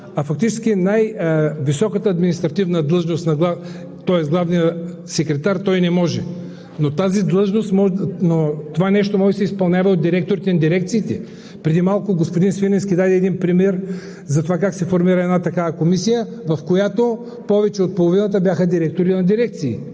а фактически най-високата административна длъжност, тоест главният секретар – не може, но това нещо може да се изпълнява от директорите на дирекциите. Преди малко господин Свиленски даде пример за това как се формира една такава комисия, в която повече от половината бяха директори на дирекции.